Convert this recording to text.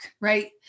Right